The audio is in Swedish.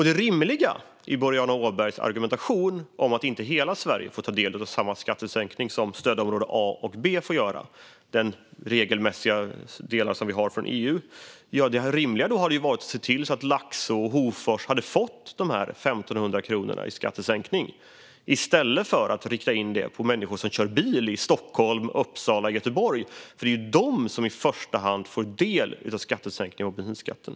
Det rimliga i Boriana Åbergs argumentation om att inte hela Sverige får ta del av samma skattesänkning som stödområde A och B får göra - de regelmässiga delar som vi har enligt EU - hade varit att se till att Laxå och Hofors hade fått dessa 1 500 kronor i skattesänkning i stället för att rikta in det på människor som kör bil i Stockholm, Uppsala och Göteborg, eftersom det är de som i första hand får del av skattesänkningen av bensinskatten.